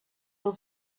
will